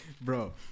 Bro